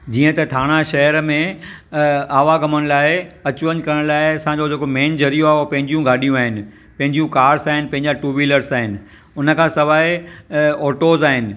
जीअं त ठाणा शहर में आवागमन लाइ अचु वञु करण लाइ असांजो जेको मेन ज़रियो आहे उहो पंहिंजूं गाॾियूं आहिनि पंहिंजूं कार्स आहिनि पंहिंजा टू व्हीलर्स आहिनि उन खां सवाइ ऑटोस आहिनि